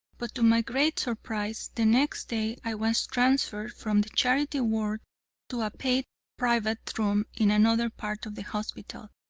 but to my great surprise, the next day i was transferred from the charity ward to a paid private room in another part of the hospital.